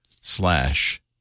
slash